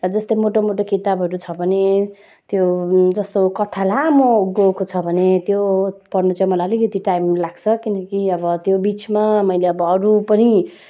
जस्तै मोटोमोटो किताबहरू छ भने त्यो जस्तो कथा लामो गएको छ भने त्यो पढ्नु चाहिँ मलाई अलिकति टाइम लाग्छ किनकि अब त्यो बिचमा मैले अब अरू पनि